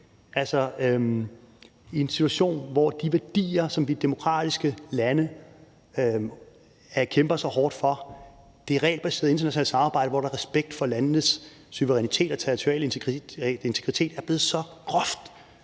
i en situation, hvor de værdier, som vi i demokratiske lande kæmper så hårdt for, nemlig det regelbaserede internationale samarbejde, hvor der er respekt for landenes suverænitet og territoriale integritet, er blevet så groft